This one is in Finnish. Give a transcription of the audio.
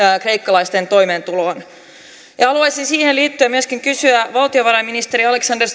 kreikkalaisten toimeentuloon haluaisin siihen liittyen myöskin kysyä valtiovarainministeri alexander